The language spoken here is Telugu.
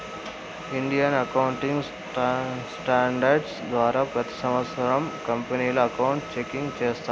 ఇండియన్ అకౌంటింగ్ స్టాండర్డ్స్ ద్వారా ప్రతి సంవత్సరం కంపెనీలు అకౌంట్ చెకింగ్ చేస్తాయి